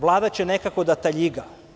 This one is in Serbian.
Vlada će nekako da taljiga.